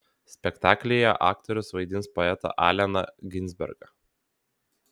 spektaklyje aktorius vaidins poetą alleną ginsbergą